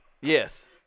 Yes